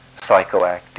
psychoactive